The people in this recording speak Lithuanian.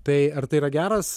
tai ar tai yra geras